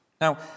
Now